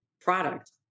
product